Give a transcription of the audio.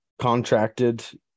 contracted